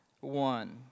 one